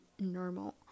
normal